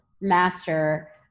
master